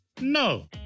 No